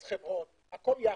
מס חברות הכול יחד.